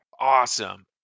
Awesome